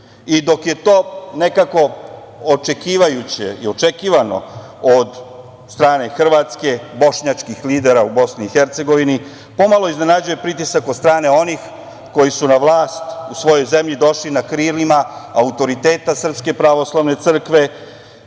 i dok je to nekako očekivajuće i očekivano od strane Hrvatske, bošnjačkih lidera u Bosni i Hercegovini, pomalo iznenađuje pritisak od strane onih koji su na vlast u svojoj zemlji došli na krilima autoriteta Srpske pravoslavne crkve,